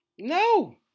No